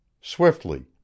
Swiftly